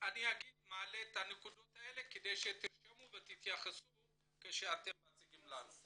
מעלה את הנקודות האלה כדי שתרשמו ותתייחסו כשאתם מציגים לנו.